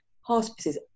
hospices